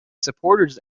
supporters